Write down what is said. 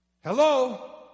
Hello